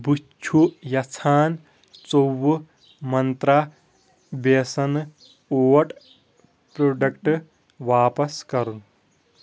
بہٕ چھُ یژھان ژووُہ منٛترٛا بیسنہٕ اوٹ پروڈکٹ واپَس کرُن